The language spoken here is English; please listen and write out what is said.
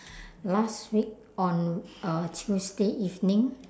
last week on uh tuesday evening